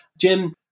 Jim